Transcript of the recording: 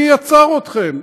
מי עצר אתכם?